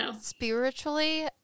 spiritually